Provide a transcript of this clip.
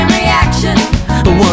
reaction